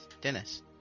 Dennis